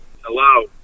Hello